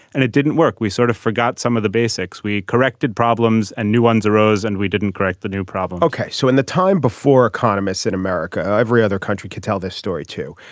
and it didn't work. we sort of forgot some of the basics. we corrected problems and new ones arose and we didn't correct the new problem ok so in the time before economists in america every other country could tell this story too.